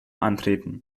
antreten